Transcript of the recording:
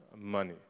money